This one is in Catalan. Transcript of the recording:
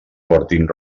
portin